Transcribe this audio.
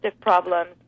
problems